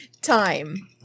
time